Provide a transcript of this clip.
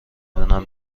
دونم